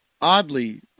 oddly